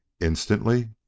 Instantly